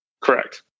Correct